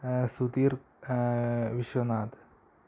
Sudheer Vishwanath